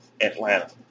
Atlanta